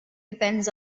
depends